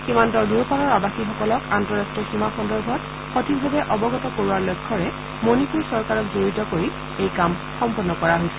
সীমান্তৰ দুয়োপাৰৰ আৱাসীসকলক আন্তৰাষ্টীয় সীমা সন্দৰ্ভত সঠিকভাবে অৱগত কৰোৱাৰ লক্ষ্যৰে মনিপুৰ চৰকাৰক জড়িত কৰি এই কাম সম্পন্ন কৰা হৈছিল